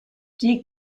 die